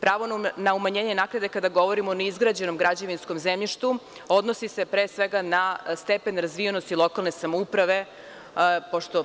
Pravo na umanjenje naknade kada govorimo o neizgrađenom građevinskom zemljištu odnosi se pre svega na stepen razvijenosti lokalne samouprave pošto,